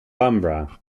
bambara